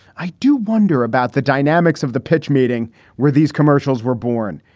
i do wonder about the dynamics of the pitch meeting where these commercials were born.